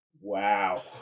wow